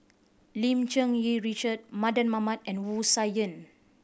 Lim Cherng Yih Richard Mardan Mamat and Wu Tsai Yen